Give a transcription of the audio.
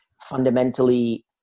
fundamentally